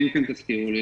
ואם כן, תזכירו לי.